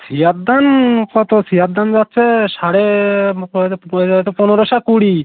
শিয়ার ধান কতো শিয়ার ধান যাচ্ছে সাড়ে পনেরোশো কুড়ি